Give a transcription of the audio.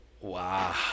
Wow